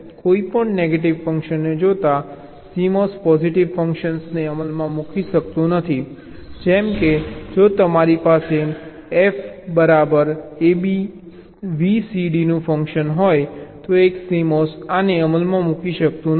કોઈપણ નેગેટિવ ફંક્શનને જોતાં CMOS પોઝિટીવ ફંક્શનને અમલમાં મૂકી શકતું નથી જેમ કે જો તમારી પાસે f બરાબર abvcd નું ફંક્શન હોય તો એક CMOS આને અમલમાં મૂકી શકતું નથી